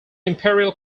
imperial